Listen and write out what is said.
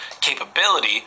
capability